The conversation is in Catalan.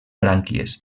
brànquies